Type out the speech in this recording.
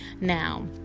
Now